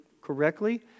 correctly